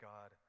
God